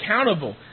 accountable